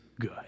good